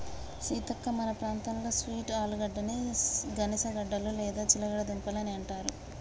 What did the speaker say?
సీతక్క మన ప్రాంతంలో స్వీట్ ఆలుగడ్డని గనిసగడ్డలు లేదా చిలగడ దుంపలు అని అంటారు